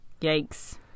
Yikes